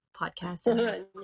podcast